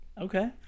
Okay